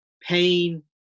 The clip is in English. pain